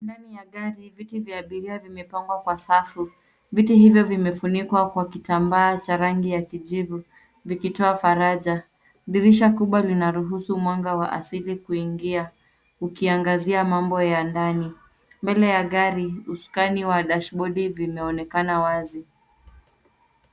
Ndani ya gari, viti vya abiria vimepangwa kwa safu. Viti hivi vimefunikwa kwa kitambaa cha rangi ya kijivu vikitoa faraja. Dirisha kubwa linaruhusu mwanga wa asili kuingia ukiangazia mambo ya ndani. Mbele ya gari usukani wa dashibodi vimeonekana wazi.